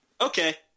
Okay